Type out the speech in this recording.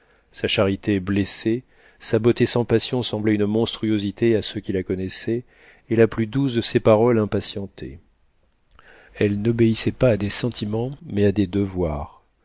sa charité blessait sa beauté sans passion semblait une monstruosité à ceux qui la connaissaient et la plus douce de ses paroles impatientait elle n'obéissait pas à des sentiments mais à des devoirs